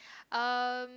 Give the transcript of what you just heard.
um